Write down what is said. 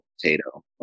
potato